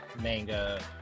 manga